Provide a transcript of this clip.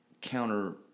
counter